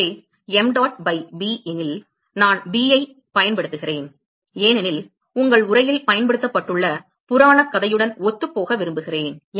எனவே mdot by b எனில் நான் b ஐப் பயன்படுத்துகிறேன் ஏனெனில் உங்கள் உரையில் பயன்படுத்தப்பட்டுள்ள புராணக்கதையுடன் ஒத்துப்போக விரும்புகிறேன்